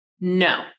No